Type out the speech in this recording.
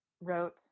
wrote